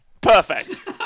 Perfect